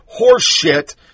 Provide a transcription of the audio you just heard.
horseshit